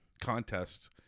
contest